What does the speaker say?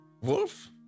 wolf